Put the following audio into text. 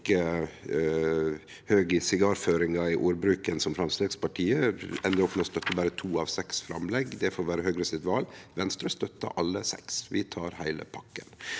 høg i sigarføringa og i ordbruken som Framstegspartiet, endar opp med å støtte berre to av seks framlegg. Det får vere Høgre sitt val. Venstre støttar alle seks. Vi tar heile pakken.